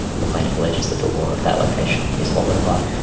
the plaintiff alleges that the law of that location is what would apply.